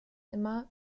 immer